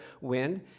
wind